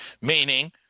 meaning